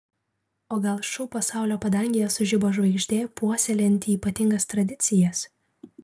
o gal šou pasaulio padangėje sužibo žvaigždė puoselėjanti ypatingas tradicijas